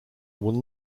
will